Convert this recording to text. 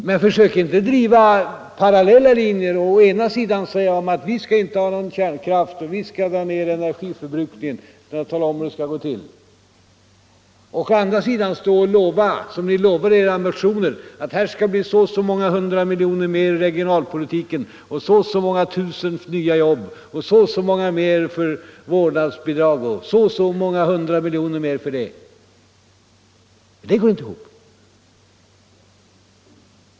Men försök inte att å ena sidan säga att vi inte skall ha någon kärnkraft och att vi skall dra ned energiförbrukningen — utan att ni talar om hur det skall gå till — och å andra sidan lova, så som ni gör i era motioner, att det skall anslås så och så många hundra miljoner kronor mer till regionalpolitik, att det skall bli så och så många tusen nya jobb, så och så mycket mer i vårdnadsbidrag osv., det går inte ihop.